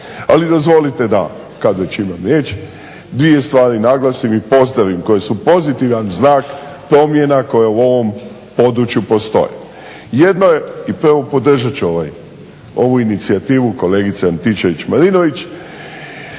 Ali dozvolite da, kada već imam riječ, dvije stvari naglasim i pozdravim koje su pozitivan znak promjena koje u ovom području postoje. Jedno je i prvo podržati ću ovaj, ovu inicijativu kolegice Antičević-Marinović